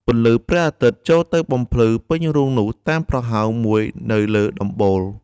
ពន្លឺព្រះអាទិត្យចូលទៅបំភ្លឺពេញរូងនោះ តាមប្រហោងមួយនៅលើដំបូល ។